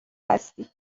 هستی